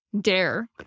dare